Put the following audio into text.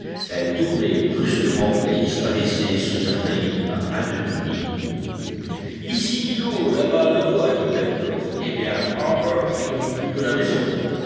elle tournait brusquement et disparaissait sous un taillis à un demi-mille ici l'eau là-bas le bois dit pencroff eh bien harbert il ne manque plus que la maison